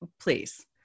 please